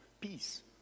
peace